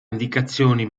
indicazioni